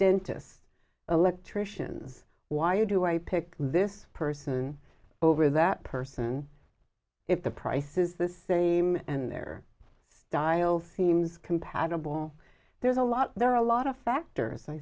dentists electricians why you do i pick this person over that person if the price is the same and they're dial seems compatible there's a lot there are a lot of factors i